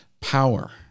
power